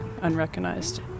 unrecognized